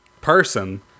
person